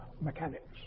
mechanics